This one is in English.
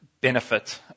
benefit